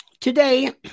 Today